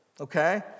Okay